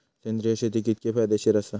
सेंद्रिय शेती कितकी फायदेशीर आसा?